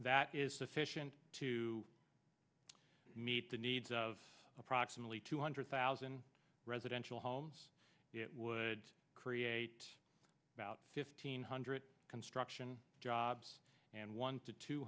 that is sufficient to meet the needs of approximately two hundred thousand residential homes it would create about fifteen hundred construction jobs and one to two